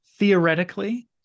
Theoretically